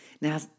Now